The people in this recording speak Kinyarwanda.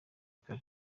kare